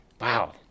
wow